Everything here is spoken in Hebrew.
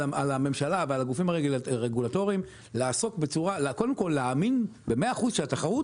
על הממשלה ועל הגופים הרגולטוריים קודם כל להאמין במאה אחוז שהתחרות